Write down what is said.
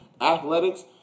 athletics